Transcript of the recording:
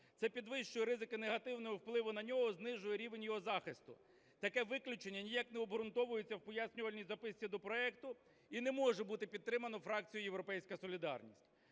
Це підвищує ризики негативного впливу на нього, знижує рівень його захисту. Таке виключення ніяк не обґрунтовується в пояснювальній записці до проекту і не може бути підтримане фракцією "Європейська солідарність".